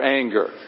anger